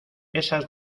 esas